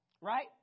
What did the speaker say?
Right